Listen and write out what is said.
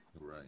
right